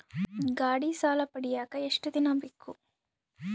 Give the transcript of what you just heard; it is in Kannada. ಗಾಡೇ ಸಾಲ ಪಡಿಯಾಕ ಎಷ್ಟು ದಿನ ಬೇಕು?